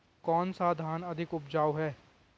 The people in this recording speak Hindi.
कौन सा धान अधिक उपजाऊ है?